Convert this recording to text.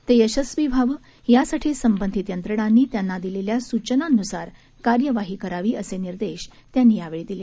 ते यशस्वी व्हावं यासाठी संबंधित यंत्रणांनी त्यांना दिलेल्या सूचनांन्सार कार्यवाही करावी असे निर्देश त्यांनी दिले